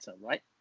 right